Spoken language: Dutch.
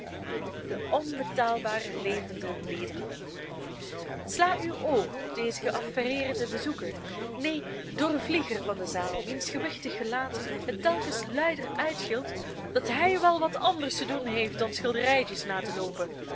de onbetaalbare levende ledeman sla uw oog op dezen geaffaireerden bezoeker neen doorvlieger van de zaal wiens gewichtig gelaat het telkens luider uitgilt dat hij wel wat anders te doen heeft dan schilderijtjes na te loopen